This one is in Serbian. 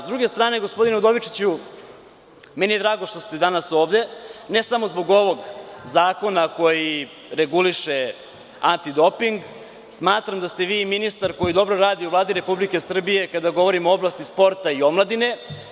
S druge strane, gospodine Udovičiću, meni je drago što ste danas ovde, ne samo zbog ovog zakona, zakona koji reguliše antidoping, smatram da ste vi ministar koji dobro radi u Vladi Republike Srbije, kada govorimo o oblasti sporta i omladine.